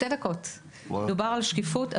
דובר על שקיפות.